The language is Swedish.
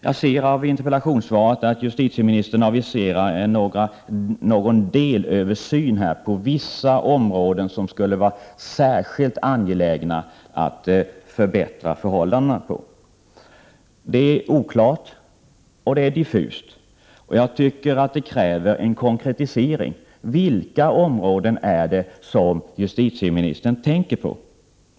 Jag ser i interpellationssvaret att justitieministern aviserar någon delöversyn på vissa områden, där det skulle vara särskilt angeläget att förbättra förhållandena. Det är oklart och diffust, och det kräver en konkretisering: Vilka områden tänker justitieministern på?